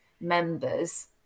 members